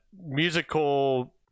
musical